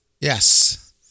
yes